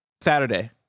Saturday